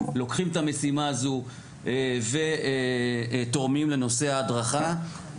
לוקחים את המשימה הזו ותורמים לנושא ההדרכה.